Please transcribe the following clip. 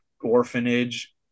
orphanage